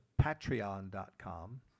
patreon.com